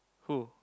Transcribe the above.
who